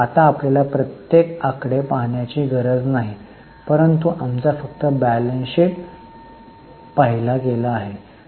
आता आपल्याला प्रत्येक आकडे पाहण्याची गरज नाही परंतु आमचा फक्त बॅलन्स शीट पाहिला गेला